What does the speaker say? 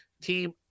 team